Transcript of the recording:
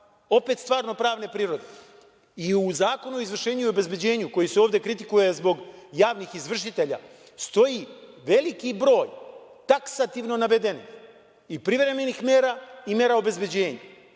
opet stvarno pravne prirode.I u Zakonu o izvršenju i obezbeđenju, koji se ovde kritikuje zbog javnih izvršitelja, stoji veliki broj taksativno navedenih i privremenih mera i mera obezbeđenja,